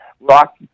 rock